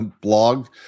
blog